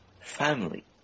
family